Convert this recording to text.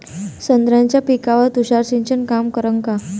संत्र्याच्या पिकावर तुषार सिंचन काम करन का?